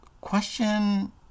question